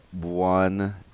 One